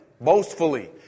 boastfully